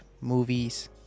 movies